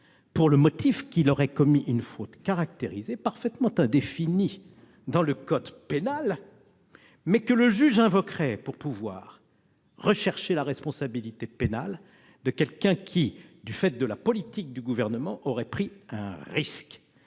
pour le motif qu'elle aurait commis une faute caractérisée parfaitement indéfinie dans le code pénal, mais que le juge invoquerait pour rechercher la responsabilité pénale de cette personne qui, du fait de la politique du Gouvernement, aurait pris un risque.